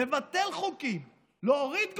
לבטל חוקים, להוריד גורמים.